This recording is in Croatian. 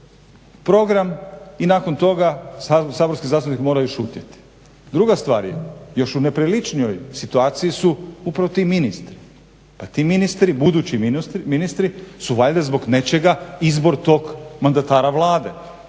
program i nakon toga saborski zastupnici moraju šutjeti. Druga stvar je još u nepriličnijoj situaciji su upravo ti ministri. Pa ti ministri, budući ministri, su valjda zbog nečega izbor tog mandatara Vlade.